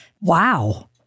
Wow